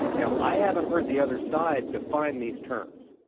now, i haven't heard the other side define these terms.